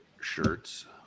shirts